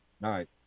right